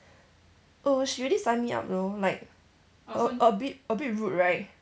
oh she already sign me up though like a a bit a bit rude right